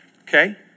Okay